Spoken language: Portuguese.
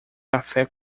café